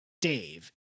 Dave